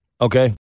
Okay